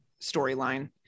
storyline